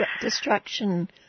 destruction